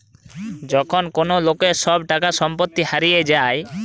যখন কোন লোকের সব টাকা সম্পত্তি হারিয়ে যায়